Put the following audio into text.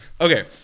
Okay